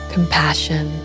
compassion